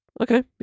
okay